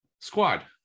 Squad